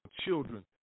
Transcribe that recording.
children